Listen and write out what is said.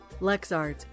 LexArts